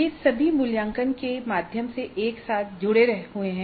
ये सभी मूल्यांकन के माध्यम से एक साथ जुड़े हुए हैं